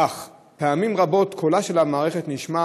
אך פעמים רבות קולה של המערכת נשמע